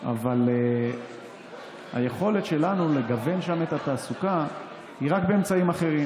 אבל היכולת שלנו לגוון שם את התעסוקה היא רק באמצעים אחרים.